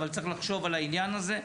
אבל צריך לחשוב על העניין הזה,